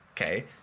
Okay